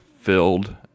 filled